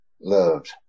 loved